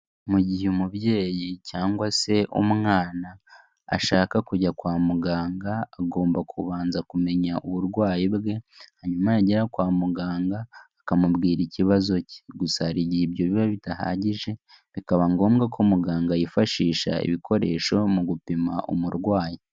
Mu gihe umubyeyi cyangwa se umwana ashaka kujya kwa muganga, agomba kubanza kumenya uburwayi bwe, hanyuma yagera kwa muganga akamubwira ikibazo cye. Gusa hari igihe ibyo biba bidahagije, bikaba ngombwa ko muganga yifashisha ibikoresho mu gupima umurwayi.